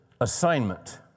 assignment